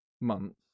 months